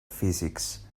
physics